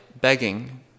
begging